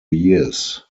years